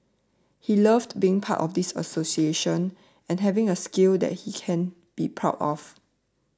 he loved being part of this association and having a skill that he can be proud of